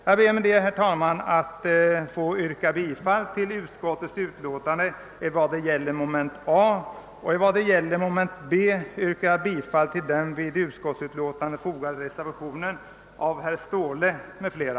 Jag ber med detta, herr talman, att få yrka bifall till utskottets hemställan i mom. A. Vad beträffar mom. B yrkar jag bifall till den vid utskottsutlåtandet fogade reservationen av herr Ståhle m.fl.